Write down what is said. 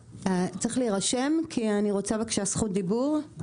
צריך להירשם כי אני רוצה בבקשה זכות דיבור?